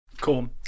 Cool